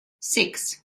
six